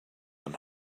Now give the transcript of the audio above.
and